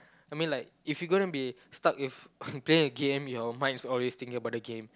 I mean like if you going to be stuck with playing with game your mind is always thinking about game